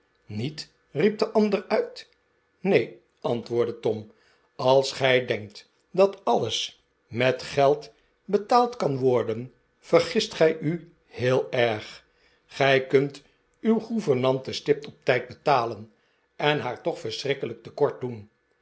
niet riep de ander uit neen antwoordde tom als gij denkt dat alles met geld betaald kan worden vergist gij u heel erg gij kunt uw gouvernante stipt op tijd betalen en haar toch verschrikkelijk te kort doen